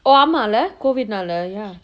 oh COVID நால:naale